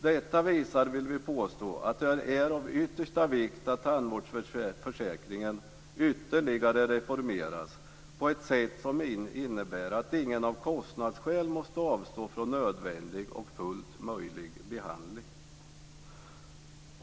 Detta visar, vill vi påstå, att det är av yttersta vikt att tandvårdsförsäkringen ytterligare reformeras på ett sätt som innebär att ingen av kostnadsskäl måste avstå från nödvändig och fullt möjlig behandling.